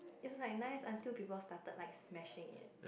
it's like nice until people started like smashing it